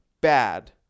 bad